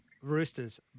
Roosters